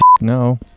no